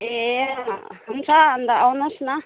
ए अँ हुन्छ अन्त आउनुहोस् न